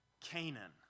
Canaan